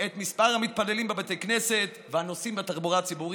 את מספר המתפללים בבתי הכנסת והנוסעים בתחבורה הציבורית,